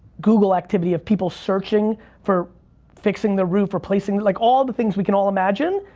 google activity of people searching for fixing the roof or placing. like all the things we can all imagine.